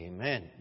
Amen